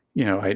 you know,